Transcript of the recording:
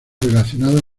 relacionado